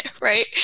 Right